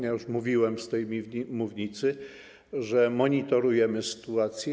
Już mówiłem z tej mównicy, że monitorujemy sytuację.